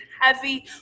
heavy